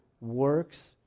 works